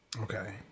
Okay